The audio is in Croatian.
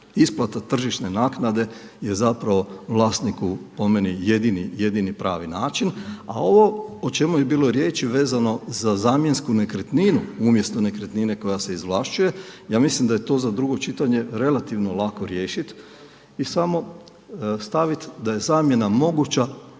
Isplata tržišne naknade je zapravo vlasniku po meni jedini, jedini pravi način. A ovo o čemu je bilo riječi vezano za zamjensku nekretninu, umjesto nekretnine koja se izvlašćuje, ja mislim da je to za drugo čitanje relativno lako riješiti i samo staviti da je zamjena moguća